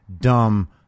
dumb